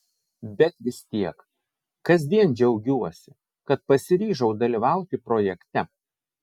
bet vis tiek kasdien džiaugiuosi kad pasiryžau dalyvauti projekte